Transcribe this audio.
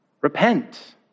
repent